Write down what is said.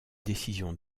décision